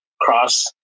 cross